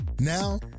Now